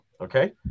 Okay